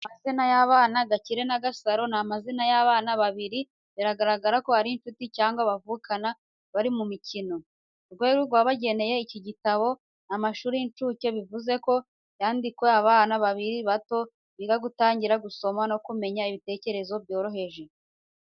Amazina y’abana Gakire na Gasaro ni amazina y’abana babiri bigaragara ko ari inshuti cyangwa bavukana bari mu mikino. Urwego rw’abagenewe iki gitabo, ni amashuri y’inshuke, bivuze ko cyandikiwe abana bakiri bato biga gutangira gusoma no kumenya ibitekerezo byoroheje.